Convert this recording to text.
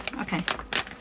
Okay